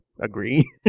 agree